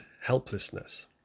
helplessness